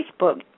Facebook